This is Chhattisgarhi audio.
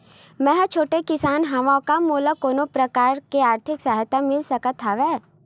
मै ह छोटे किसान हंव का मोला कोनो प्रकार के आर्थिक सहायता मिल सकत हवय?